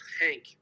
Hank